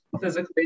physically